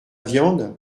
viande